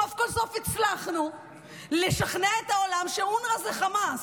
סוף כל סוף הצלחנו לשכנע את העולם שאונר"א זה חמאס.